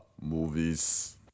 movies